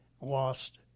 lost